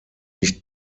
nicht